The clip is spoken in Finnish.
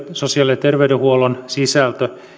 sosiaali ja terveydenhuollon sisältö